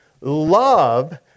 love